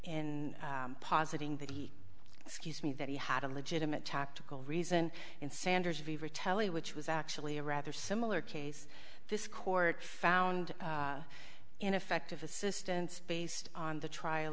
in positing the excuse me that he had a legitimate tactical reason in sanders vivre tele which was actually a rather similar case this court found ineffective assistance based on the trial